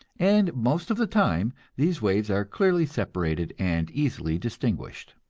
and most of the time these waves are clearly separated and easily distinguished.